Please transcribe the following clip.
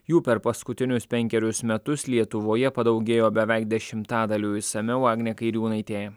jų per paskutinius penkerius metus lietuvoje padaugėjo beveik dešimtadaliu išsamiau agnė kairiūnaitė